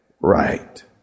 right